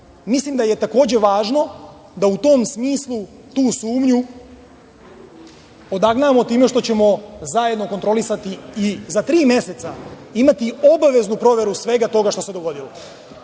Mislim da je takođe važno da u tom smislu tu sumnju odagnamo time što ćemo zajedno kontrolisati i za tri meseca imati obaveznu proveru svega toga što se dogodilo.